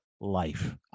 life